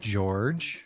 George